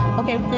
okay